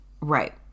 Right